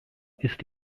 ist